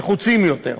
שבהם הם נחוצים יותר,